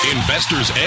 Investor's